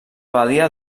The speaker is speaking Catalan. badia